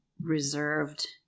reserved